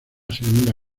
segunda